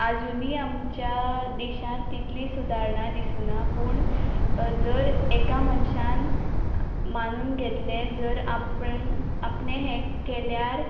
आजुनी आमच्या देशांत तितली सुदारणा दिसुना पूण जर एका मनशान मानून घेतलें जर आपूण आपणें हें केल्यार